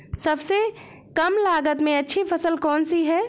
सबसे कम लागत में अच्छी फसल कौन सी है?